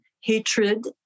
hatred